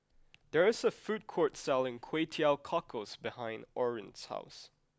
there is a food court selling Kway Teow Cockles behind Orrin's house